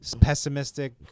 pessimistic –